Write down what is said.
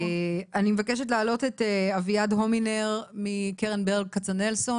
אני מבקשת להעלות את אביעד הומינר מקרן ברל כצנלסון.